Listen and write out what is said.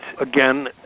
again